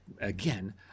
again